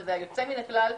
שזה היה יוצא מן הכלל.